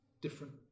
different